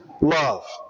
Love